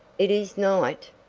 it is night!